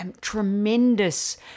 tremendous